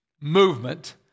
movement